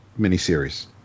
miniseries